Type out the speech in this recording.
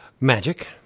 Magic